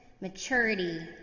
maturity